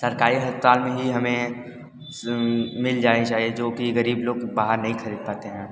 सरकारी अस्पताल में ही हमें मिल जानी चाहिए जो कि गरीब लोग बाहर नहीं खरीद पाते हैं